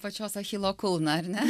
pačios achilo kulną ar ne